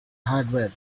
hardware